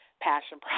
passion